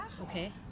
Okay